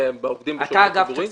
אתה אגף התקציבים.